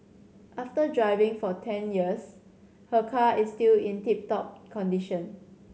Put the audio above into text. after driving for ten years her car is still in tip top condition